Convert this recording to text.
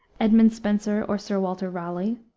edmund spenser or sir walter raleigh,